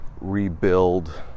rebuild